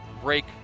break